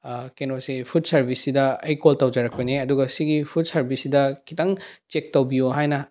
ꯀꯩꯅꯣꯁꯦ ꯐꯨꯠ ꯁꯥꯔꯕꯤꯁꯁꯤꯗ ꯑꯩ ꯀꯣꯜ ꯇꯧꯖꯔꯛꯄꯅꯦ ꯑꯗꯨꯒ ꯁꯤꯒꯤ ꯐꯨꯠ ꯁꯥꯔꯕꯤꯁꯁꯤꯗ ꯈꯤꯇꯪ ꯆꯦꯛ ꯇꯧꯕꯤꯌꯣ ꯍꯥꯏꯅ